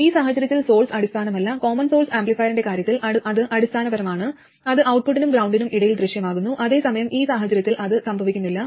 ഈ സാഹചര്യത്തിൽ സോഴ്സ് അടിസ്ഥാനമല്ല കോമൺ സോഴ്സ് ആംപ്ലിഫയറിന്റെ കാര്യത്തിൽ അത് അടിസ്ഥാനപരമാണ് അത് ഔട്ട്പുട്ടിനും ഗ്രൌണ്ടിനും ഇടയിൽ ദൃശ്യമാകുന്നു അതേസമയം ഈ സാഹചര്യത്തിൽ അത് സംഭവിക്കുന്നില്ല